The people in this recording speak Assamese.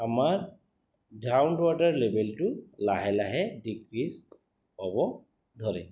আমাৰ গ্ৰাউণ্ড ৱাটাৰ লেভেলটো লাহে লাহে ডিক্ৰীজ হ'ব ধৰে